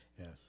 yes